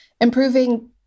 Improving